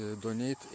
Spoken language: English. donate